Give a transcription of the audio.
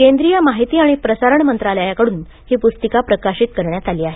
केंद्रीय माहिती आणि प्रसारण मंत्रालयाकडून ही प्रस्तिका प्रकाशित करण्यात आली आहे